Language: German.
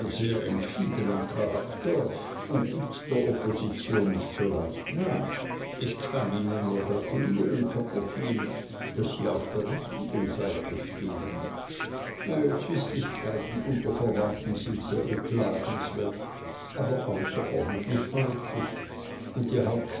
sehr entschiedenem charakter und gibt der opposition nicht so leicht nach ich kann ihnen nur gratulieren copperfield daß sie auf der richtigen seite stehen zwistigkeiten unter verwandten sind sehr beklagenswert aber außerordentlich häufig und die